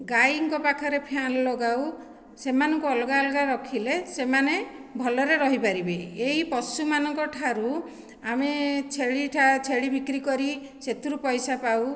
ଗାଈଙ୍କ ପାଖରେ ଫେନ ଲଗାଉ ସେମାନଙ୍କୁ ଅଲଗା ଅଲଗା ରଖିଲେ ସେମାନେ ଭଲରେ ରହିପାରିବେ ଏହି ପଶୁ ମାନଙ୍କଠାରୁ ଆମେ ଛେଳିଟା ଛେଳିବିକ୍ରି କରି ସେଥିରୁ ପଇସା ପାଉ